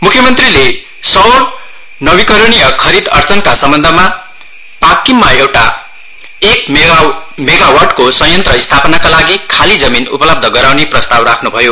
म्ख्य मन्त्रीले सौर नवीकरणीय खरिद अइचनका सम्बन्धमा पाकिम मा एक मेगावाटको संयन्त्र स्थापनाका लागि खालि जमीन उपलब्ध गराउने प्रस्ताव राख्न् भयो